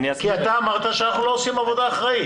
כי אתה אמרת שאנחנו לא עושים עבודה אחראית.